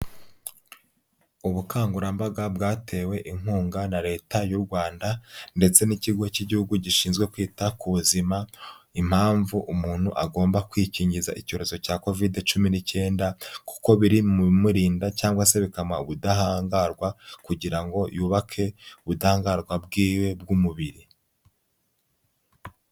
Ubukangurambaga bwatewe inkunga na leta y'u Rwanda ndetse n'ikigo cy'igihugu gishinzwe kwita ku buzima, impamvu umuntu agomba kwikingiza icyorezo cya covid cumi-19, kuko biri mu bimurinda cyangwase bikaba ubudahangarwa, kugira ngo yubake ubudahangarwa bw'iwe bw'umubiri.